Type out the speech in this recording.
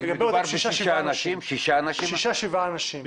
לגבי אותם שישה-שבעה אנשים.